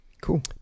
Cool